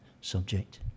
subject